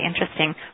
interesting